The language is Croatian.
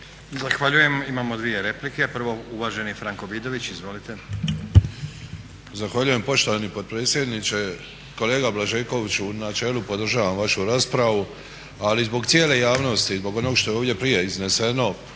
Zahvaljujem. Imamo dvije replike. Prvo uvaženi Franko Vidović, izvolite. **Vidović, Franko (SDP)** Zahvaljujem poštovani potpredsjedniče. Kolega Blažekoviću, u načelu podržavam vašu raspravu, ali zbog cijele javnosti, zbog onog što je ovdje prije izneseno